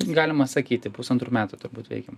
galima sakyti pusantrų metų turbūt veikiam